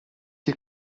che